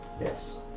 Yes